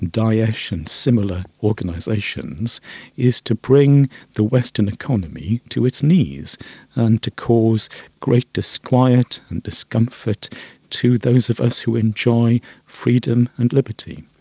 yeah daesh and similar organisations is to bring the western economy to its knees and to cause great disquiet and discomfort to those of us who enjoy freedom and liberty.